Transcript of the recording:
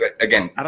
Again